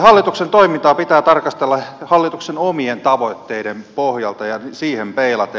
hallituksen toimintaa pitää tarkastella hallituksen omien tavoitteiden pohjalta ja niihin peilaten